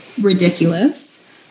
ridiculous